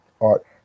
art